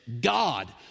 God